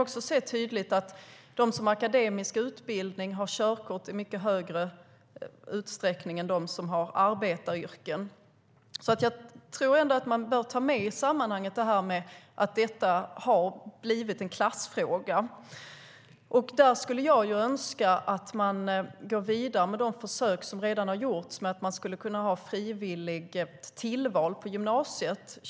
Vi ser också att de med akademisk utbildning har körkort i högre utsträckning än de med arbetaryrken. Jag önskar därför att man går vidare med de försök som gjorts med körkortsundervisning som frivilligt tillval på gymnasiet.